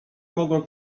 mogą